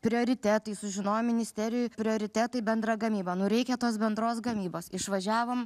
prioritetai sužinojau ministerijoj prioritetai bendra gamyba nu reikia tos bendros gamybos išvažiavom